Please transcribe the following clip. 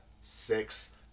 six